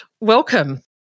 welcome